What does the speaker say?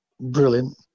Brilliant